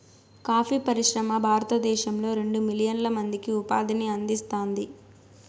coffee పరిశ్రమ భారతదేశంలో రెండు మిలియన్ల మందికి ఉపాధిని అందిస్తాంది